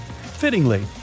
Fittingly